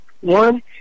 One